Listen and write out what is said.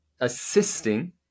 assisting